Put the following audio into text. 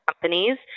companies